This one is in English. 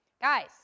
Guys